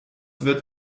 wird